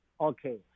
Okay